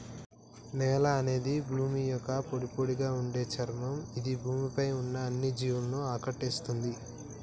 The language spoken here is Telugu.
నేల అనేది భూమి యొక్క పొడిపొడిగా ఉండే చర్మం ఇది భూమి పై ఉన్న అన్ని జీవులను ఆకటేస్తుంది